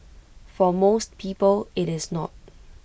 for most people IT is not